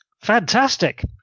fantastic